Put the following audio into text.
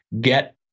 Get